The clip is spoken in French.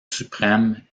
suprême